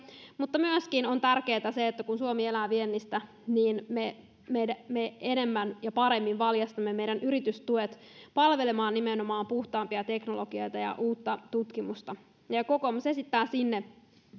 mutta tärkeää on myöskin se että kun suomi elää viennistä niin me enemmän ja paremmin valjastamme meidän yritystukemme palvelemaan nimenomaan puhtaampia teknologioita ja uutta tutkimusta kokoomus esittää sille